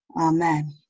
Amen